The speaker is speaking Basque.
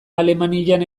alemanian